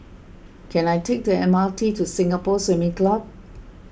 can I take the M R T to Singapore Swimming Club